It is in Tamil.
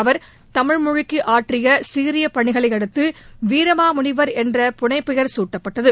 அவர் தமிழ் மொழிக்கு ஆற்றிய சீரிய பணிகளையடுத்து வீரமாமுனிவர் என்ற புனைப் பெயர் குட்டப்பட்டது